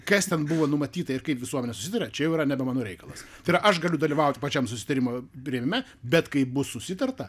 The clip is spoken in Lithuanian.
kas ten buvo numatyta ir kaip visuomenė susiduria čia jau yra nebe mano reikalas tai yra aš galiu dalyvauti pačiam susitarimo primime bet kai bus susitarta